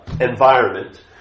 environment